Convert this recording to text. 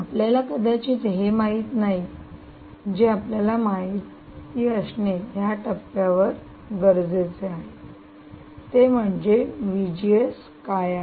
आपल्याला कदाचित हे माहित नाही आहे जे आपल्याला या टप्प्यावर माहित असणे गरजेचे आहे ते म्हणजे काय आहे